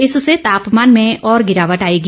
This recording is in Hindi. इससे तापमान में और गिरावट आएगी